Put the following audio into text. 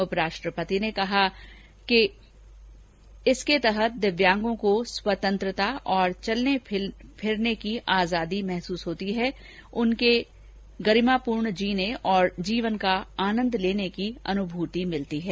उपराष्ट्रपति ने कहा कि इस पहल के तहत दिव्यांगों को स्वतंत्रता और चलने फिरने की आजादी महसूस होती है और उन्हें गरिमापूर्ण जीने और जीवन का आनंद लेने की अनुभूति होती है